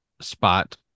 spot